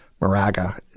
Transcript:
Moraga